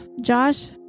Josh